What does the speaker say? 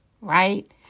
right